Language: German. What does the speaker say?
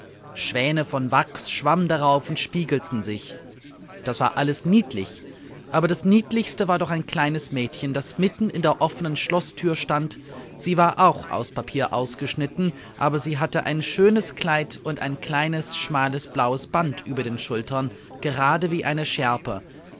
schwäne von wachs schwammen darauf und spiegelten sich das war alles niedlich aber das niedlichste war doch ein kleines mädchen das mitten in der offenen schloßthür stand sie war auch aus papier ausgeschnitten aber sie hatte ein schönes kleid und ein kleines schmales blaues band über den schultern gerade wie eine schärpe